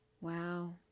Wow